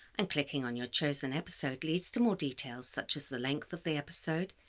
and clicking on your chosen episode leads to more details, such as the length of the episode,